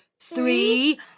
three